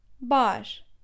Bar